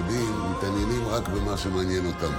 אני מחדש כעת את ישיבת הכנסת.